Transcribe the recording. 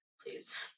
please